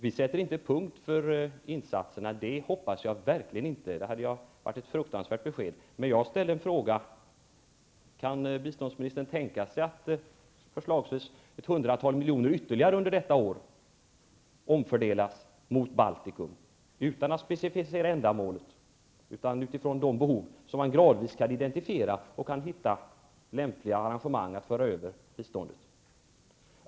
Vi sätter inte punkt för insatserna, säger Alf Svensson. Det hoppas jag verkligen. Det hade varit ett fruktansvärt besked. Men jag ställde en fråga som gällde om biståndsministern kan tänka sig att förslagsvis ett hundratal miljoner ytterligare under detta år omfördelas till Baltikum, utan att ändamålet specificeras. Det skall ske med hänsyn till de behov som man gradvis kan identifiera och efter hand som man kan finna lämpliga arangemang för att föra över biståndet.